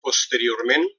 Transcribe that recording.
posteriorment